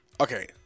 Okay